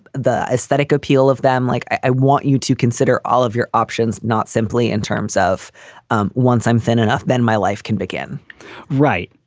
the aesthetic appeal of them. like, i want you to consider all of your options, not simply in terms of um once i'm thin enough, then my life can begin right?